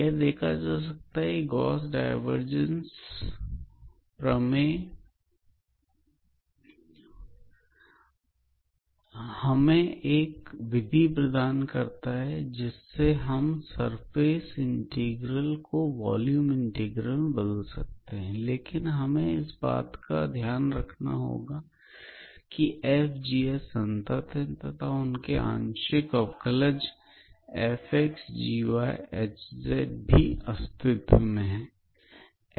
यह देखा जा सकता है कि गॉस डाइवर्जंस प्रमेय हमें एक विधि प्रदान करता है जिससे हम सरफेस इंटीग्रल को वॉल्यूम इंटीग्रल में बदल सकते हैं लेकिन हमें इस बात का ध्यान रखना होगा की fgh संतत हैं तथा उनके आंशिक अवकलन fx gy hz भी अस्तित्व में हैं